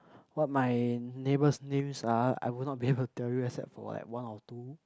what my neighbours names are I would not be able tell you except for like one or two